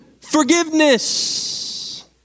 forgiveness